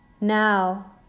Now